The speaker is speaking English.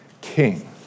king